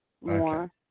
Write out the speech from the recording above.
more